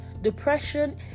depression